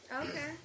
Okay